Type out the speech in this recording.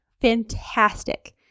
Fantastic